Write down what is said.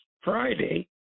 Friday